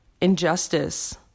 injustice